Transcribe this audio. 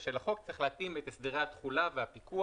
של החוק צריך להתאים את הסדרי התחולה והפיקוח